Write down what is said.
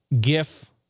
GIF